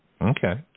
Okay